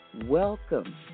Welcome